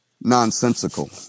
nonsensical